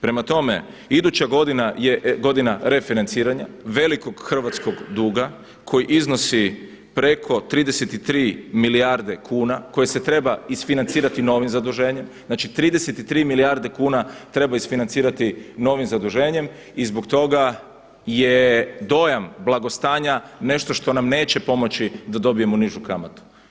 Prema tome iduća godina je godina refinanciranja velikog hrvatskog duga koji iznosi preko 33 milijarde kuna koje se treba isfinancirati novim zaduženjem, znači 33 milijarde kuna treba isfinancirati novim zaduženjem i zbog toga je dojam blagostanja nešto što nam neće pomoći da dobijemo nižu kamatu.